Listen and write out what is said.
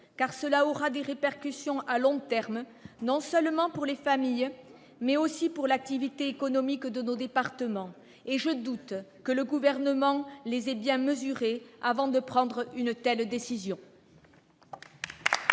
car cela aura des répercussions à long terme, non seulement sur les familles, mais aussi sur l'activité économique de nos départements. Et je doute que le Gouvernement les ait bien mesurées avant de prendre une telle décision